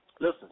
Listen